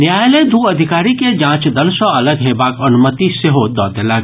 न्यायालय दू अधिकारी के जांच दल सॅ अलग हेबाक अनुमति सेहो दऽ देलक